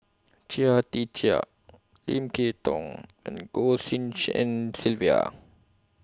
Chia Tee Chiak Lim Kay Tong and Goh Tshin En Sylvia